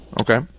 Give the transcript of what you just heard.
Okay